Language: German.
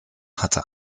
hatte